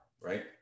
right